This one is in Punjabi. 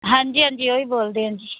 ਹਾਂਜੀ ਹਾਂਜੀ ਉਹ ਹੀ ਬੋਲਦੇ ਹਾਂ ਜੀ